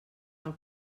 del